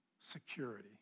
Security